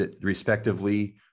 Respectively